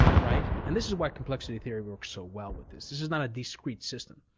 right? and this is why complexity theory works so well with this. this is not a discrete system.